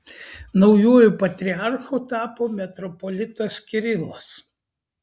naujuoju patriarchu tapo metropolitas kirilas